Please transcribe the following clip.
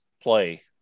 play